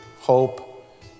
hope